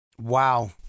Wow